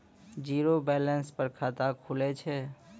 Zero balance पर खाता खुले छै?